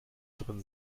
drin